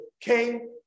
came